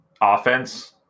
offense